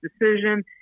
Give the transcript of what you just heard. decision